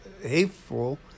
hateful